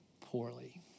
poorly